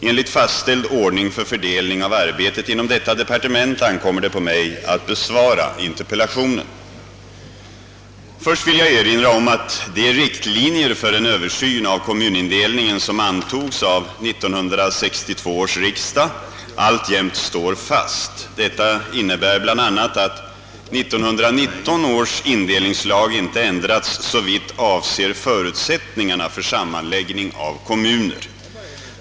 Enligt fastställd ordning för fördelning av arbetet inom detta departement ankommer det på mig att besvara interpellationen. Först vill jag erinra om att de riktlinjer för en översyn av kommunindelningen som antogs av 1962 års riksdag alltjämt står fast. Detta innebär bl a. att 1919 års indelningslag inte ändrats såvitt avser förutsättningarna för sammanläggning av kommuner.